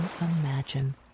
imagine